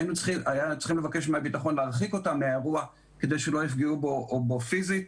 שהיה צריך לבקש מהביטחון להרחיק אותם מהאירוע כדי שלא יפגעו בו פיזית.